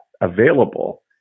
available